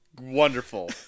Wonderful